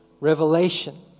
revelation